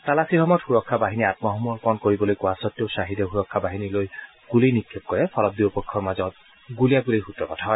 তালাচীৰ সময়ত সুৰক্ষা বাহিনীয়ে আত্মসমৰ্পন কৰিবলৈ কোৱা স্বতেও খাহিদে সুৰক্ষা বাহিনীলৈ গুলী নিক্ষেপ কৰে ফলত দুয়ো পক্ষৰ মাজত গুলীয়াগুলীৰ সূত্ৰপাত হয়